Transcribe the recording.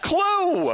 Clue